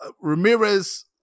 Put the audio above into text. Ramirez